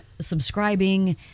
subscribing